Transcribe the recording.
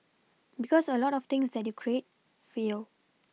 because a lot of things that you create fail